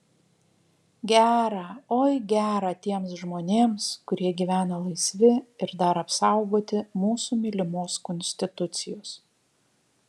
gera oi gera tiems žmonėms kurie gyvena laisvi ir dar apsaugoti mūsų mylimos konstitucijos